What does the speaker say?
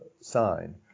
sign